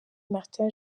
martin